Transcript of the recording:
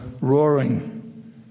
roaring